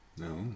No